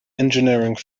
engineering